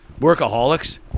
Workaholics